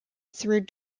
through